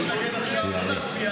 לדחות את זה עכשיו,